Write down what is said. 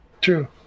True